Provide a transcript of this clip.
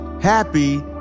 happy